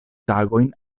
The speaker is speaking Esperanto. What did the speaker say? tagojn